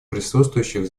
присутствующих